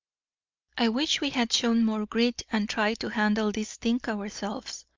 i wish we had shown more grit and tried to handle this thing ourselves,